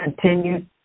continued